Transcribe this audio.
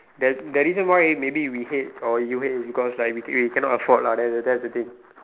the the reason why maybe we hate or you hate is because like we we cannot afford lah that that's the thing